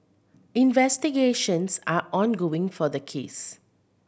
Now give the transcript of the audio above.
investigations are ongoing for the case